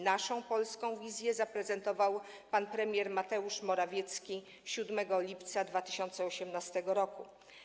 Naszą polską wizję zaprezentował pan premier Mateusz Morawiecki 7 lipca 2018 r.